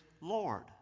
Lord